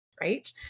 Right